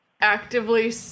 actively